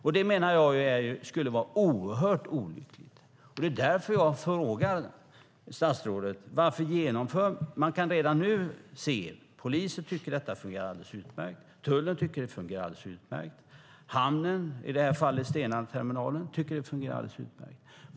Det menar jag skulle vara oerhört olyckligt. Polisen tycker att detta fungerar alldeles utmärkt. Tullen tycker att det fungerar alldeles utmärkt. Hamnen, i det här fallet Stenaterminalen, tycker att det fungerar alldeles utmärkt.